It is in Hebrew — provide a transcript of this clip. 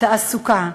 תעסוקה,